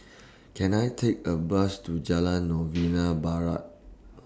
Can I Take A Bus to Jalan Novena Barat